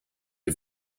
die